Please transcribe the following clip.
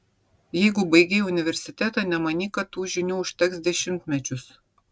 jeigu baigei universitetą nemanyk kad tų žinių užteks dešimtmečius